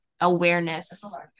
awareness